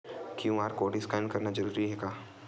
QR code scan करना जरूरी हे का?